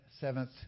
seventh